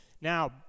Now